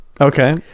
okay